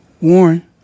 Warren